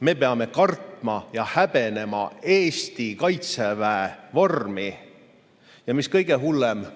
me peame kartma ja häbenema Eesti Kaitseväe vormi! Ja mis kõige hullem,